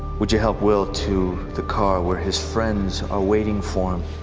would you help will to the car where his friends are waiting for